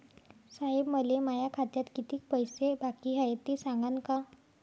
साहेब, मले माया खात्यात कितीक पैसे बाकी हाय, ते सांगान का?